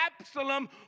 Absalom